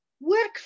work